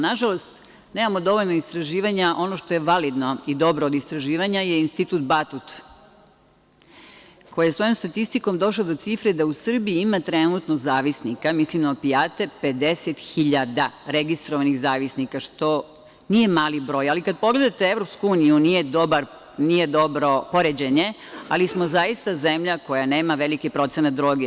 Na žalost, nemamo dovoljno istraživanja, ono što je validno i dobro od istraživanja je Institut „Batut“, koji je svojom statistikom došao do cifre da u Srbiji ima trenutno zavisnika, mislim na opijate, 50.000 registrovanih zavisnika, što nije mali broj, ali kada pogledate EU, nije dobro poređenje, ali smo zaista zemlja koja nema veliki procenat droge.